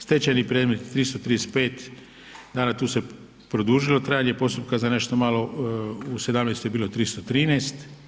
Stečajni predmeti 335 dana tu se produžilo trajanje postupka za nešto malo u '17. je bilo 313.